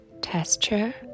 texture